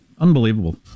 Unbelievable